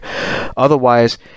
otherwise